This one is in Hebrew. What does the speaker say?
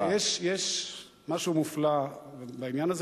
יש משהו מופלא בעניין הזה,